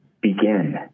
begin